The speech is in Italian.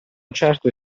certo